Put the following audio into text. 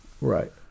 Right